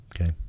okay